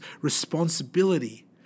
responsibility